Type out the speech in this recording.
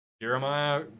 Jeremiah